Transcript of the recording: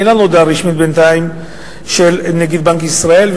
כי בינתיים אין לנו הודעה רשמית של נגיד בנק ישראל,